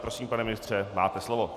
Prosím, pane ministře, máte slovo.